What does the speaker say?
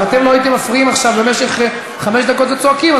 אם אתם לא הייתם מפריעים עכשיו במשך חמש דקות וצועקים,